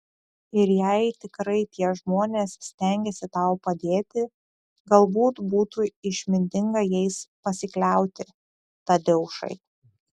ir jei tikrai tie žmonės stengiasi tau padėti galbūt būtų išmintinga jais pasikliauti tadeušai